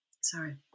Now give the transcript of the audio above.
Sorry